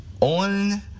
on